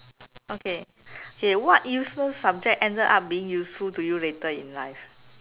okay okay what useless subject ended up being useful to you later in life